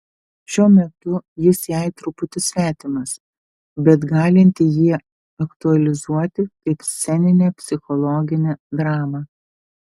šiuo metu jis jai truputį svetimas bet galinti jį aktualizuoti kaip sceninę psichologinę dramą